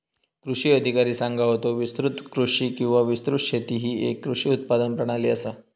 कृषी अधिकारी सांगा होतो, विस्तृत कृषी किंवा विस्तृत शेती ही येक कृषी उत्पादन प्रणाली आसा